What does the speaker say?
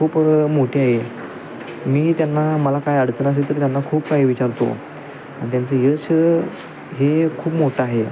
खूप मोठी आहे मी त्यांना मला काय अडचण असेल तर त्यांना खूप काही विचारतो आणि त्यांचं यश हे खूप मोठं आहे